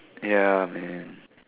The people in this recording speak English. ya man